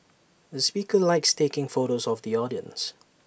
the speaker likes taking photos of the audience